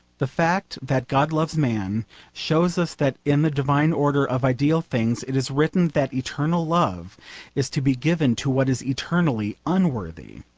the fact that god loves man shows us that in the divine order of ideal things it is written that eternal love is to be given to what is eternally unworthy.